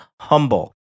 humble